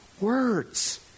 words